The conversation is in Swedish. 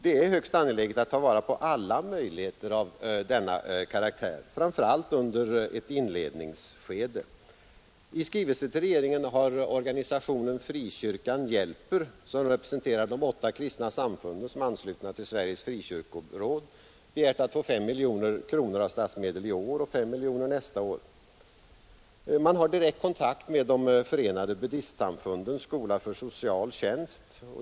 Det är högst angeläget att ta vara på alla möjligheter av denna karaktär, framför allt under ett inledningsskede. I skrivelse till regeringen har organisationen Frikyrkan hjälper, som representerar de åtta kristna samfund vilka är anslutna till Sveriges frikyrkoråd, begärt att få S miljoner kronor av statsmedel i år och 5 miljoner nästa år. Man har direkt kontakt med Förenade buddistsamfundens skola för social tjänst.